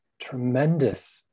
Tremendous